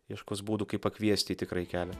ieškos būdų kaip pakviesti į tikrąjį kelią